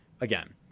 Again